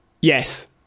yes